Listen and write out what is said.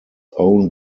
own